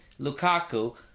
Lukaku